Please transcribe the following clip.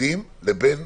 לבין